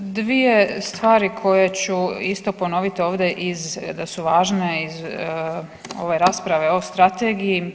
Dvije stvari koje ću isto ponovit ovdje iz, da su važne, iz ove rasprave o strategiji.